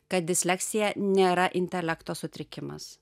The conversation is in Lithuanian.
kad disleksija nėra intelekto sutrikimas